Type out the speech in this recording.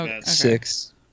Six